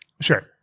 Sure